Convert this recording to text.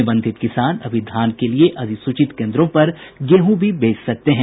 निबंधित किसान अभी धान के लिए अधिसूचित केन्द्रों पर गेहूँ भी बेच सकते हैं